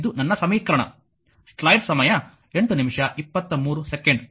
ಇದು ನನ್ನ ಸಮೀಕರಣ